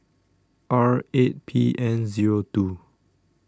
R eight P N zero two